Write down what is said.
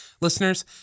listeners